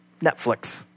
Netflix